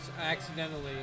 accidentally